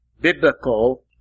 biblical